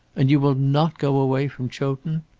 and you will not go away from chowton?